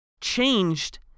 changed